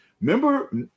Remember